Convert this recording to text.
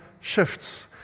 shifts